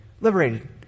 liberated